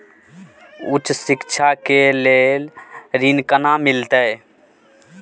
उच्च शिक्षा के लेल ऋण केना मिलते?